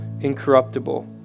incorruptible